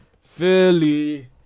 Philly